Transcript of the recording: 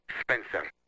Spencer